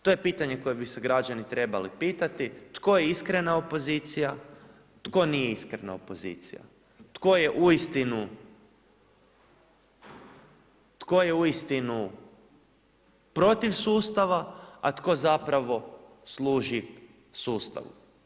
To je pitanje koje bi se građani trebali pitati, tko je iskrena opozicija, tko nije iskrena opozicija, tko je uistinu protiv sustava, a tko zapravo služi sustavu.